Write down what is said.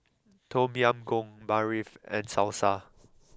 Tom Yam Goong Barfi and Salsa